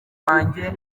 wanjye